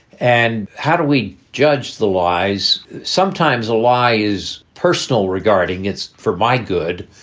and how do we judge the lies? sometimes a lie is personal regarding it's for my good.